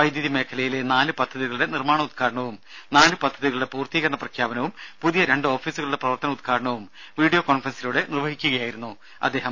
വൈദ്യുതി മേഖലയിലെ നാല് പദ്ധതികളുടെ നിർമ്മാണ ഉദ്ഘാടനവും നാല് പദ്ധതികളുടെ പൂർത്തീകരണ പ്രഖ്യാപനവും പുതിയ രണ്ട് ഓഫീസുകളുടെ പ്രവർത്തന ഉദ്ഘാടനവും വീഡിയോ കോൺഫറൻസിലൂടെ നിർവഹിക്കുകയായിരുന്നു അദ്ദേഹം